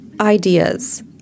ideas